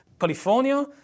California